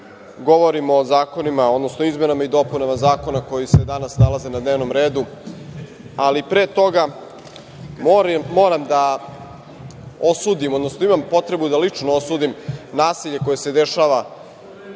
govorim o zakonima, odnosno o izmenama i dopunama zakona koji se danas nalaze na dnevnom redu. Pre toga moram da osudim, odnosno imam potrebu da lično osudim nasilje koje se dešava ispred